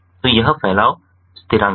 तो यह फैलाव स्थिरांक है